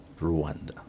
Rwanda